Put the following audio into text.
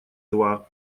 два